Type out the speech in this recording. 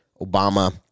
Obama